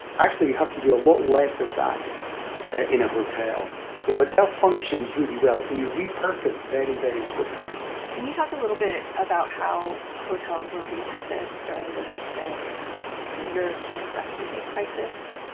actually, you have to do a lot less of that ah in a hotel. so hotel functions really well. it can be repurposed very, very quickly can you talk a little bit about how hotels were repurposed during the recent european refugee crisis?